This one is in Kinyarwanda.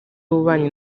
w’ububanyi